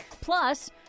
Plus